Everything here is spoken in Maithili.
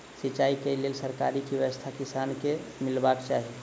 सिंचाई केँ लेल सरकारी की व्यवस्था किसान केँ मीलबाक चाहि?